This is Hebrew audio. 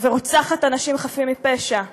של רצח אנשים חפים מפשע בגז,